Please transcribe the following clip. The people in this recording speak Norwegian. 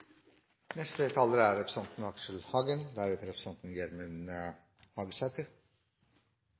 Neste taler er representanten Trine Skei Grande, så representanten